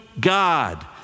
God